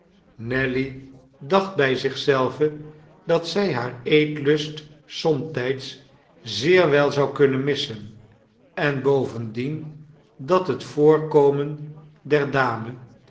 nelly dacht by zich zelve dat zij haar eetlust somtijds zeer wel zou kunnen missen en bovendien dat het voorkomen der dame